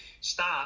stop